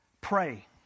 Pray